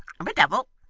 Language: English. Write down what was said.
i'm a devil,